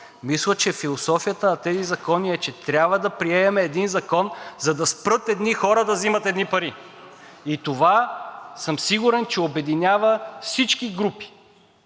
мисля, че философията на тези закони е, че трябва да приемем един закон, за да спрат едни хора да взимат едни пари. Това съм сигурен, че обединява всички групи.